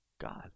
God